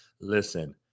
Listen